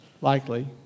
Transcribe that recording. likely